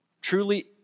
truly